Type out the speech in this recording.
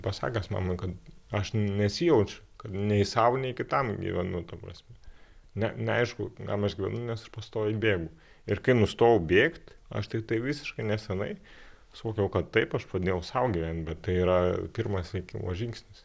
pasakęs mamai kad aš nesijaučiu kad nei sau nei kitam gyvenu ta prasme ne neaišku kam aš gyvenu nes aš pastoviai bėgu ir kai nustojau bėgt aš tai tai visiškai neseniai suvokiau kad taip aš padėjau sau gyvent bet tai yra pirmas sveikimo žingsnis